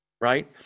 right